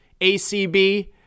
ACB